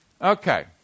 Okay